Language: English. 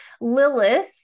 Lilith